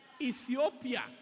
Ethiopia